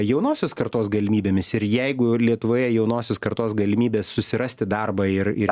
jaunosios kartos galimybėmis ir jeigu lietuvoje jaunosios kartos galimybės susirasti darbą ir ir